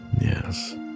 Yes